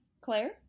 Claire